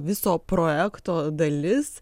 viso projekto dalis